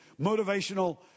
motivational